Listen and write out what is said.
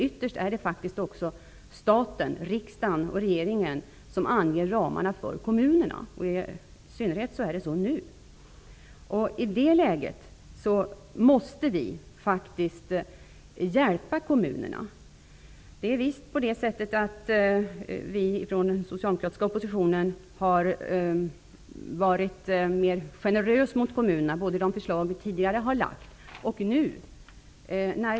Ytterst är det staten, riksdagen och regeringen -- i synnerhet är det så nu -- som beslutar om ramarna för kommunerna. I det rådande läget måste vi hjälpa kommunerna. Vi från den socialdemokratiska oppositionen har varit mer generösa mot kommunerna både nu och tidigare.